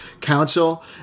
council